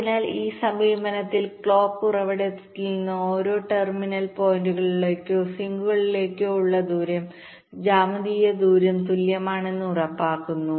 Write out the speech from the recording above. അതിനാൽ ഈ സമീപനത്തിൽ ക്ലോക്ക് ഉറവിടത്തിൽ നിന്ന് ഓരോ ടെർമിനൽ പോയിന്റുകളിലേക്കോ സിങ്കുകളിലേക്കോ ഉള്ള ദൂരം ജ്യാമിതീയ ദൂരം തുല്യമാണെന്ന് ഉറപ്പുനൽകുന്നു